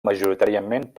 majoritàriament